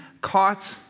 caught